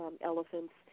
Elephant's